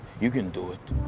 you can do it!